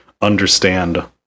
understand